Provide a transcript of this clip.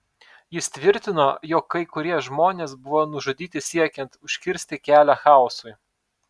jis tvirtino jog kai kurie žmonės buvo nužudyti siekiant užkirsti kelią chaosui